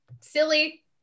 silly